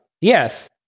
Yes